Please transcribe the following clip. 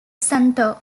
santo